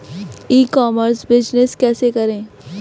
ई commerce business कैसे करें?